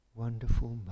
wonderful